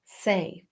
safe